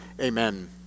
Amen